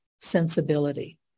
sensibility